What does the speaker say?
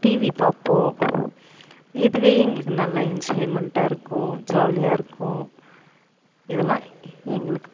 TV பார்ப்போம் இதுவே எங்களுக்கு நல்ல என்ஜாய்மெண்ட்டாக இருக்கும் ஜாலியாக இருக்கும் இதெல்லாம் எங்களுக்கு